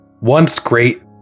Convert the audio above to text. once-great